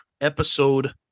episode